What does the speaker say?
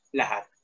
lahat